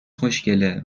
خوشگله